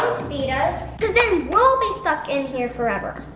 to beat us, because then we'll be stuck in here forever.